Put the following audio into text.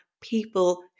people